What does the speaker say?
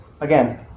again